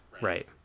right